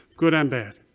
good and bad,